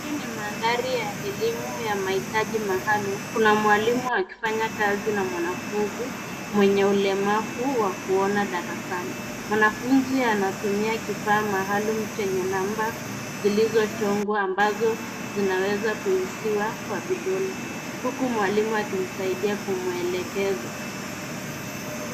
Hii ni mandhari ya elimu ya mahitaji maalum. Kuna mwalimu akifanya kazi na mwanafunzi mwenye ulemavu wa kuona darasani. Mwanafunzi anatumia kifaa maalum chenye namba zilichongwa ambazo zinaweza kuhisiwa kwa vidole huku mwalimu akimsaidia kumwelekeza.